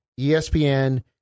ESPN